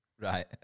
Right